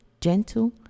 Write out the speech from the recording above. gentle